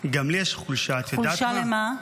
חולשה למה?